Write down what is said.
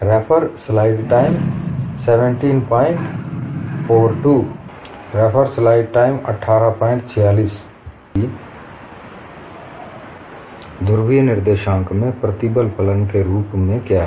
अब हम देखते हैं कि ध्रुवीय निर्देशांक में प्रतिबल फलन के रूप क्या हैं